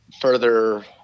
further